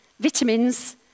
Vitamins